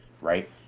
right